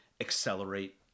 accelerate